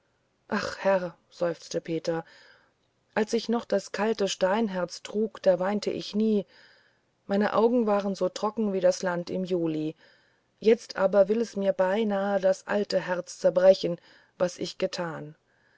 ach herr seufzte peter als ich noch das kalte steinherz trug da weinte ich nie meine augen waren so trocken als das land im juli jetzt aber will es mir beinahe das alte herz zerbrechen was ich getan